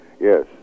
Yes